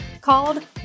called